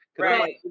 Right